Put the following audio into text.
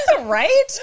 Right